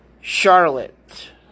Charlotte